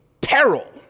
peril